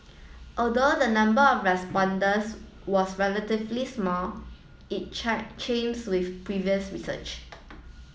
although the number of respondents was relatively small it check chimes with previous research